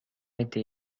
été